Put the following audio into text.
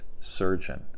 surgeon